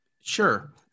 sure